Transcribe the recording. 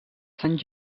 sant